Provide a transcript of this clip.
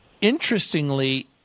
interestingly